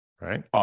right